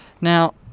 now